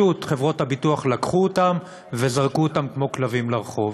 חברות הביטוח פשוט לקחו אותם וזרקו אותם כמו כלבים לרחוב.